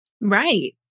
right